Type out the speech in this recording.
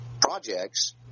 projects